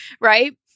Right